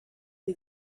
des